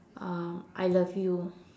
um I love you